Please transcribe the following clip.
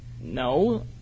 No